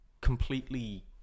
completely